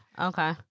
Okay